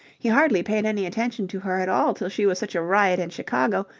he hardly paid any attention to her at all till she was such a riot in chicago,